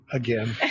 again